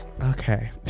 Okay